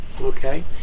okay